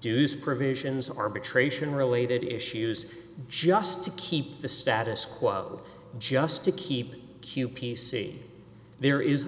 do these provisions arbitration related issues just to keep the status quo just to keep q p c there is